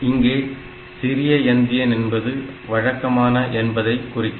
இங்கே சிறிய எந்தியன் என்பது வழக்கமான என்பதை குறிக்கும்